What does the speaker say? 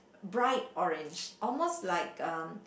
bright orange almost like um